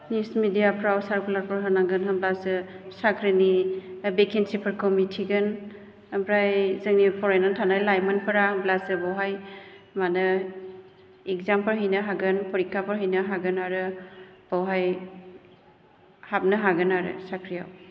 news मिडियाफ्राव सारकुलारफोर होनांगोन होमबासो साख्रिनि भेकेनसिफोरखौ मिथिगोन ओंमफ्राय जोंनि फरायनानै थानाय लाइमोनफोरा होमब्लासो बावहाय मानो इकजामफोर हैनो हागोन फोरिकाफोर हैनो हागोन आरो बावहाय हाबनो हागोन आरो साख्रियाव